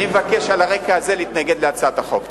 אני מבקש, על הרקע הזה, להתנגד להצעת החוק.